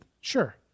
Sure